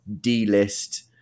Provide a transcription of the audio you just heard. D-list